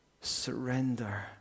surrender